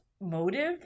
motive